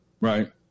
right